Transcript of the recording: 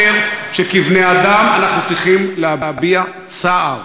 אומר שכבני-אדם אנחנו צריכים להביע צער